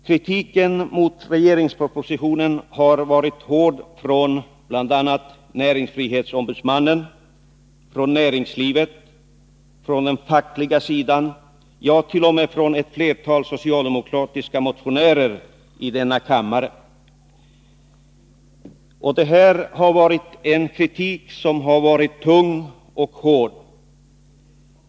Kritiken mot regeringspropositionen har varit hård från bl.a. näringsfrihetsombudsmannen, näringslivet, den fackliga sidan, ja, t.o.m. från ett flertal socialdemokratiska motionärer i denna kammare. Detta har varit en tung och hård kritik.